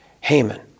Haman